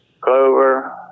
Clover